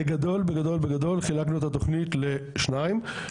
בגדול בגדול חילקנו את התוכנית לשניים,